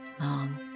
long